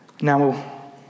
Now